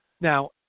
Now